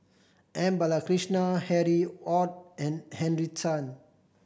M Balakrishnan Harry Ord and Henry Tan